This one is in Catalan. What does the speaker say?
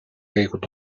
caigut